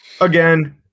again